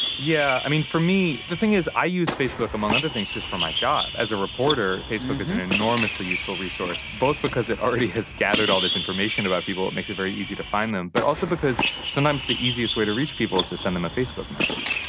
yeah, i mean, for me the thing is, i use facebook, among other things, just for my job. as a reporter, facebook is an enormously useful resource both because it already has gathered all this information about people it makes it very easy to find them but also because sometimes the easiest way to reach people is to send them a facebook message.